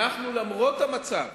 למרות המצב